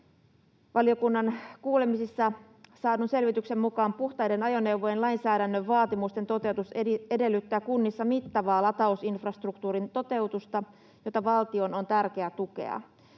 Valiokunnan kuulemisissa saadun selvityksen mukaan puhtaiden ajoneuvojen lainsäädännön vaatimusten toteutus edellyttää kunnissa mittavaa latausinfrastruktuurin toteutusta, jota valtion on tärkeä tukea.